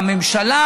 בממשלה,